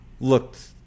looked